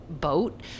boat